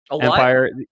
Empire